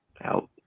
Out